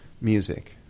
music